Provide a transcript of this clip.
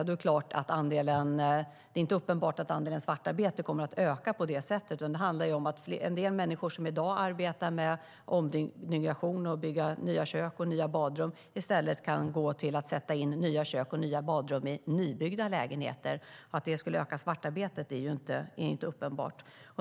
Då är det inte uppenbart att andelen svartarbete kommer att öka, utan det handlar om att en del människor som i dag arbetar med ombyggnation och bygger nya kök och nya badrum i stället kan börja sätta nya kök och nya badrum i nybyggda lägenheter. Att det skulle öka svartarbetet är inte uppenbart.